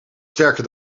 sterke